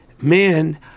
man